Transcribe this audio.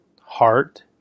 heart